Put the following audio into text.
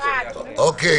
אני